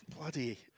Bloody